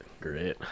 Great